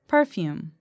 Perfume